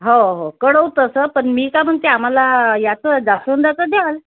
हो हो कळवू तसं पण मी का म्हणते आम्हाला याचं जास्वंदाचं द्याल